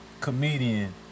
comedian